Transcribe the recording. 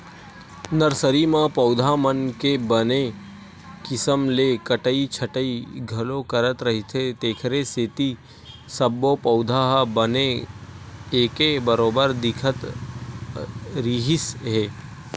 nursery म पउधा मन के बने किसम ले कटई छटई घलो करत रहिथे तेखरे सेती सब्बो पउधा ह बने एके बरोबर दिखत रिहिस हे